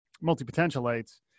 multi-potentialites